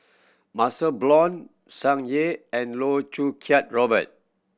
MaxLe Blond Tsung Yeh and Loh Choo Kiat Robert